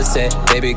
Baby